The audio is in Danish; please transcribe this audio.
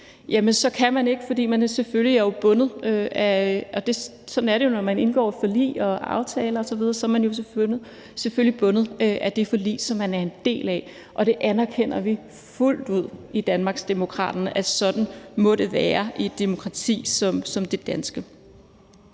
su'en, så kan man det ikke, fordi man selvfølgelig er bundet – sådan er det, når man indgår forlig og aftaler osv. – af de forlig, man er den del af. Og der anerkender vi fuldt ud i Danmarksdemokraterne, at sådan må det være i et demokrati som det danske.